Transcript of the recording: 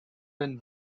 been